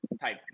type